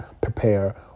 prepare